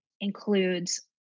includes